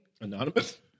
Anonymous